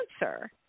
answer